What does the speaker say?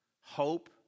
hope